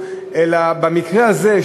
במקרה הזה,